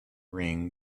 ring